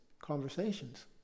conversations